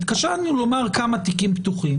התקשינו לומר כמה תיקים פתוחים.